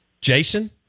Jason